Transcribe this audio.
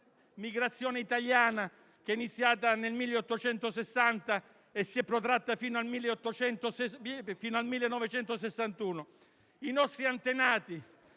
migrazione italiana, iniziata nel 1860, che si è protratta fino al 1961. I nostri antenati